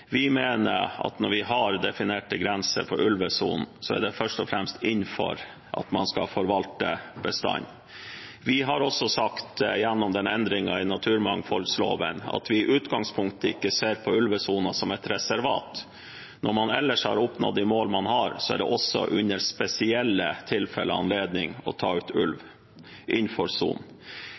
Vi mener at når vi har definerte grenser for ulvesonen, er det først og fremst innenfor man skal forvalte bestanden. Vi har også sagt, gjennom den endringen i naturmangfoldloven, at vi i utgangspunktet ikke ser på ulvesonen som et reservat. Når man ellers har oppnådd de mål man har, er det også i spesielle tilfeller anledning til å ta ut ulv innenfor